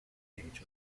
age